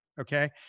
okay